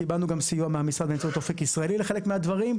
קיבלנו סיוע גם מהמשרד באמצעות "אופק ישראלי" לחלק מהדברים.